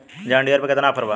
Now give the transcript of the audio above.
John Deere पर केतना offer बा?